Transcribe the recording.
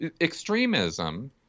extremism